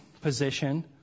position